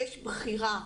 ויש בחירה,